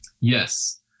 Yes